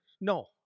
No